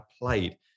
played